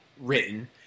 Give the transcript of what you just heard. written